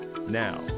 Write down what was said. Now